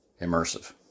immersive